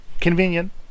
convenient